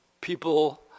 people